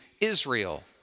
Israel